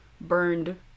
burned